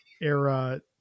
era